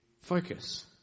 focus